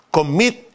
Commit